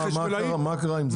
מה קרה עם זה?